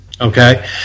Okay